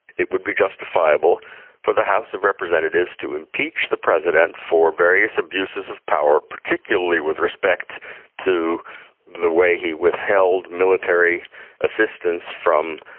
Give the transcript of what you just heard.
it would be justifiable for the house of representatives to impeach the president for various abuses of power particularly with respect to the way he withheld military assistance from